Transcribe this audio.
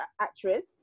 actress